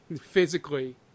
physically